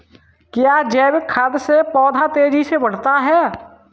क्या जैविक खाद से पौधा तेजी से बढ़ता है?